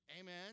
Amen